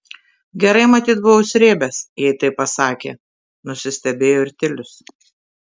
gerai matyt buvo užsrėbęs jei taip pasakė nusistebėjo ir tilius